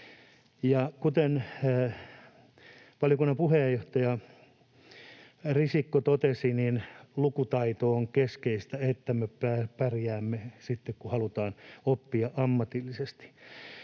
Kuten valiokunnan puheenjohtaja Risikko totesi, lukutaito on keskeistä, jotta me pärjäämme sitten kun halutaan oppia ammatillisesti,